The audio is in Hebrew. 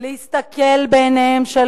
להסתכל בעיניהם של